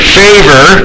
favor